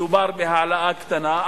מדובר בהעלאה קטנה,